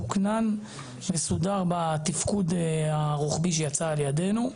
תוכנן וסודר בתפקוד הרוחבי שיצא על ידינו.